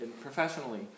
professionally